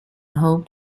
hoped